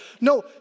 No